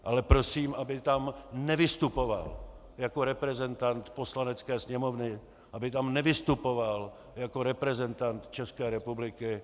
Ale prosím, aby tam nevystupoval jako reprezentant Poslanecké sněmovny, aby tam nevystupoval jako reprezentant České republiky.